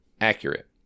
Accurate